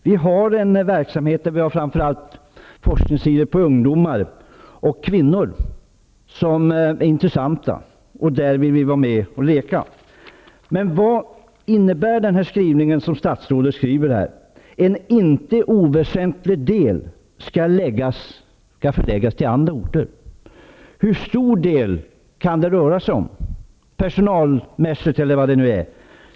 Vi har i Värmland en verksamhet där det framför allt på forskningssidan finns ungdomar och kvinnor som är intressanta, och där vill vi vara med och leka. Men vad innebär skrivningen i svaret, att avsikten är att förlägga ''en inte oväsentlig del -- till andra orter''. Hur stor del kan det röra sig om, personalmässigt eller vad det nu är?